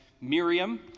Miriam